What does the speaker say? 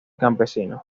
campesinos